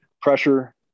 pressure